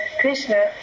Krishna